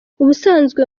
ubusanzwe